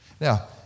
Now